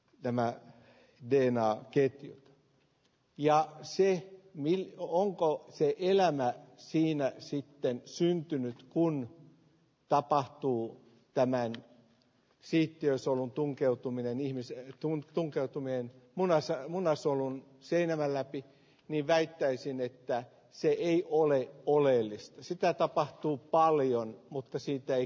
tämä dinah keittiö ja siinä melko hankala sillä mä siinä sitten syntynyt kun tapahtuu tänään siittiösolun tunkeutuminen ihmisiä juttuun tunkeutuneen munasarja munasolun seinämän läpi niin väittäisin että sille ei ole oleellisesti sitä tapahtuu paljon mutta siitä ei